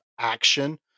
action